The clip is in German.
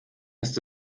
ist